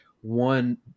one